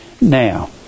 Now